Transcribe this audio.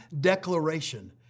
declaration